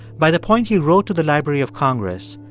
by the point he wrote to the library of congress,